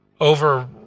over